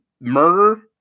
murder